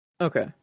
Okay